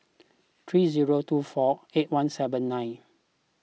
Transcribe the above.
three zero two four eight one seven nine